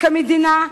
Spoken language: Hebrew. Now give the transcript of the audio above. כמדינה,